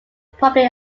public